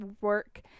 work